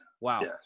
wow